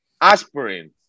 Aspirin